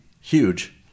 huge